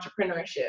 entrepreneurship